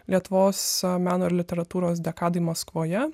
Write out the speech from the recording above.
lietuvos meno ir literatūros dekadoj maskvoje